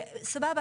סבבה,